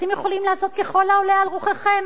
אתם יכולים לעשות ככל העולה על רוחכם,